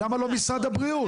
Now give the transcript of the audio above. למה לא משרד הבריאות?